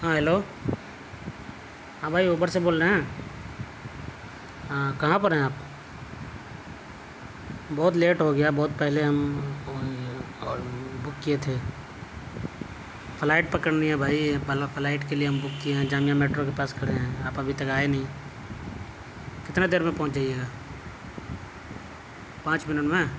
ہاں ہیلو ہاں بھائی اوبر سے بول رہے ہیں ہاں کہاں پر ہیں آپ بہت لیٹ ہوگیا بہت پہلے ہم بک کیے تھے فلائٹ پکڑنی ہے بھائی فلائٹ کے لیے ہم بک کئے ہیں جامعہ میٹرو کے پاس کھڑے ہیں آپ ابھی تک آئے نہیں کتنا دیر میں پہنچ جائیے گا پانچ منٹ میں